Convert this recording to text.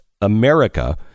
America